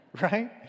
Right